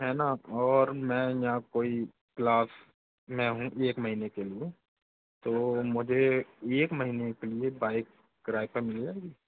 है ना और मैं यहाँ कोई क्लास में हूँ एक महीने के लिए तो मुझे एक महीने के बाईक किराये पे मिल जाएगी